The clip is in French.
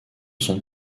son